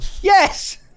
yes